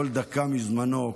כל דקה מזמנו,